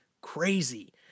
crazy